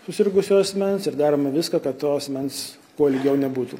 susirgusio asmens ir darome viską kad to asmens kuo ilgiau nebūtų